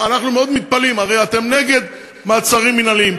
אנחנו מאוד מתפלאים, הרי אתם נגד מעצרים מינהליים.